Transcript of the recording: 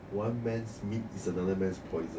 one man's meat is another man's poison